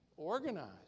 organized